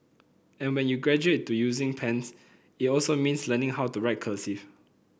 and when you graduate to using pens it also means learning how to write cursive